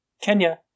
Kenya